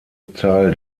teil